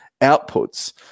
outputs